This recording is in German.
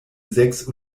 sechs